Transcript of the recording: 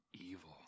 evil